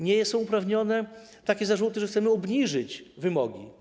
Nie są uprawnione takie zarzuty, że chcemy obniżyć wymogi.